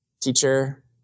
teacher